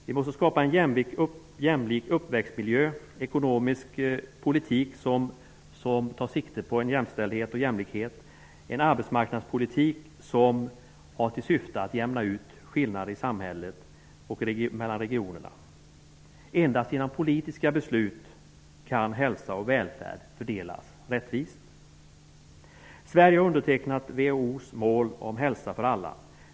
Vi måste skapa en jämlik uppväxtmiljö, föra en ekonomisk politik som tar sikte på en jämställdhet och jämlikhet och ha en arbetsmarknadspolitik som syftar till att jämna ut skillnader i samhället och mellan regionerna. Endast genom politiska beslut kan hälsa och välfärd fördelas rättvist. Sverige har undertecknat WHO:s mål ''Hälsa för alla''.